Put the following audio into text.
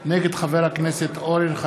חברת הכנסת תמר זנדברג מבקשת להירשם,